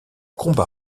combat